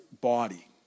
body